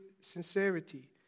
sincerity